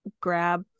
grab